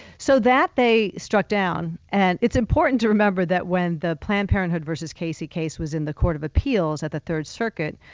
so that, they struck down, and it's important to remember that when the planned parenthood v. casey case was in the court of appeals at the third circuit,